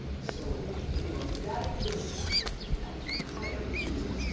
so you know you got to give at however you do it,